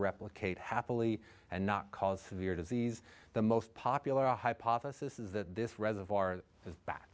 replicate happily and not cause severe disease the most popular hypothesis is that this reservoir